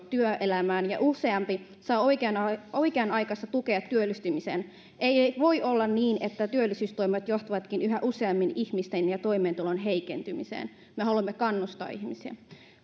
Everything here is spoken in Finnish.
työelämään ja useampi saa oikeanaikaista oikeanaikaista tukea työllistymiseen ei voi olla niin että työllisyystoimet johtavatkin yhä useammin ihmisten ja toimeentulon heikentymiseen me haluamme kannustaa ihmisiä